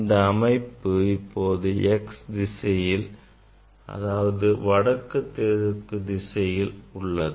இந்த அமைப்பு இப்போது x திசையில் அதாவது வடக்கு தெற்கு திசையில் உள்ளது